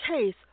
case